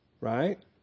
Right